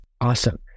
Awesome